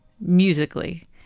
musically